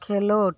ᱠᱷᱮᱞᱳᱰ